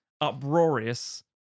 uproarious